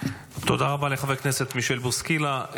תודה רבה לחבר הכנסת מישל בוסקילה.